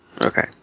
Okay